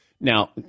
Now